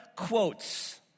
quotes